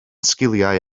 sgiliau